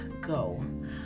go